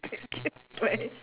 thank you